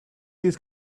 these